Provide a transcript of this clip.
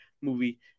movie